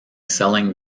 selling